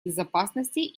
безопасности